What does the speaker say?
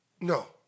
No